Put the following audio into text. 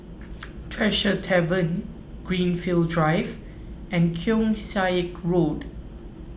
Tresor Tavern Greenfield Drive and Keong Saik Road